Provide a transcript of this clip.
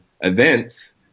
events